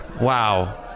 Wow